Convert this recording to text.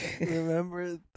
Remember